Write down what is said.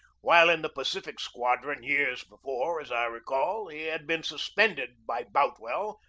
while in the pacific squadron years before, as i recall, he had been suspended by boutwell,